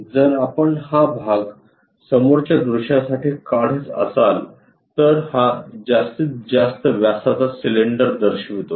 जर आपण हा भाग समोरच्या दृश्यासाठी काढत असाल तर हा जास्तीत जास्त व्यासाचा सिलेंडर दर्शवितो